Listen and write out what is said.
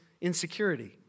insecurity